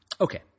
Okay